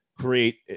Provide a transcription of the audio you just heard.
create